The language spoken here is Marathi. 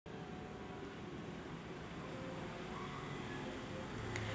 मासोळी उत्पादनात भारताचा जगात तिसरा नंबर लागते